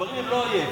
הגברים הם לא אויב.